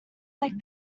like